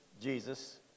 Jesus